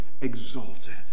exalted